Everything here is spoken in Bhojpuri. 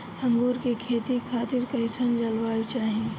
अंगूर के खेती खातिर कइसन जलवायु चाही?